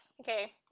Okay